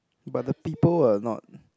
but the people are not